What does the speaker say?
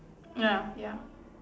ya ya